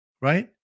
right